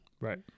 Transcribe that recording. Right